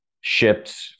shipped